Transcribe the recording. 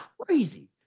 crazy